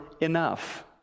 enough